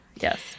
Yes